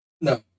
No